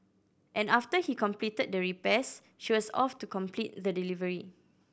and after he completed the repairs she was off to complete the delivery